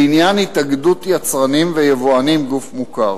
לעניין התאגדות יצרנים ויבואנים, גוף מוכר,